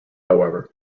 however